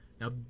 Now